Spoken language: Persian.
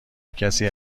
کسی